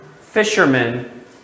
fisherman